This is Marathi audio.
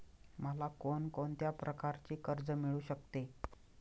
मला कोण कोणत्या प्रकारचे कर्ज मिळू शकते?